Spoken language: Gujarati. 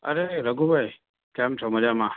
અરે રઘુભાઈ કેમ છો મજામાં